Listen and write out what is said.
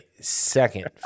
second